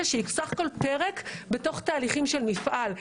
שהיא בסך הכול פרק בתוך תהליכים של מפעל.